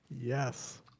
Yes